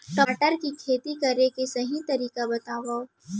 टमाटर की खेती करे के सही तरीका बतावा?